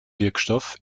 wirkstoff